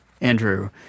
Andrew